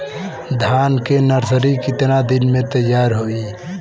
धान के नर्सरी कितना दिन में तैयार होई?